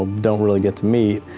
don't really get to meet.